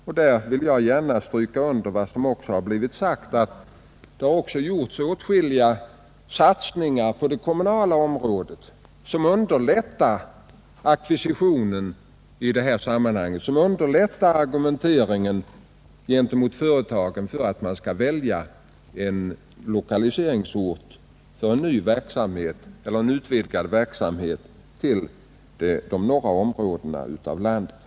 Jag vill också understryka vad som tidigare sagts, att det har gjorts åtskilliga satsningar på det kommunala området, som bör övertyga företagen när det gäller att välja en lokaliseringsort för ny eller utvidgad verksamhet inom de nordliga områdena av landet.